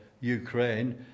Ukraine